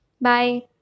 Bye